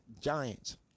giants